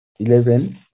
eleven